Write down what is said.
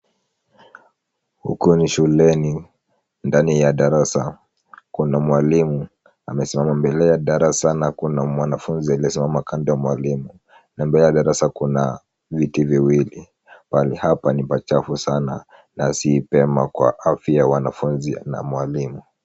Huku ni shuleni, ndani ya darasa kuna mwalimu amesimama mbele ya darasa na kuna mwanafunzi aliyesimama kando ya mwalimu na mbele ya darasa kuna viti viwili , pahali hapa ni pachafu sana na si pema kwa afya ya wanafunzi na mwalimu.